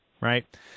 right